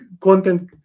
content